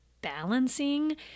balancing